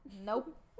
nope